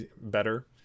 better